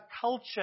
culture